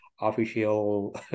official